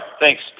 Thanks